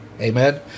Amen